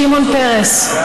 שמעון פרס,